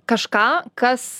kažką kas